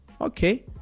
okay